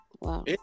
Wow